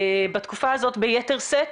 בתקופה הזאת ביתר שאת,